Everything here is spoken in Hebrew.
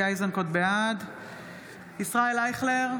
בעד ישראל אייכלר,